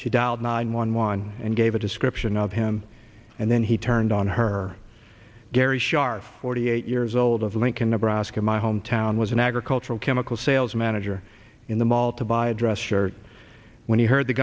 she dialed nine one one and gave a description of him and then he turned on her gary scharf forty eight years old of lincoln nebraska my hometown was an agricultural chemical sales manager in the mall to buy a dress shirt when he heard the